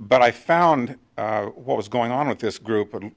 but i found what was going on with this group